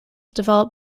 developed